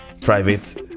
Private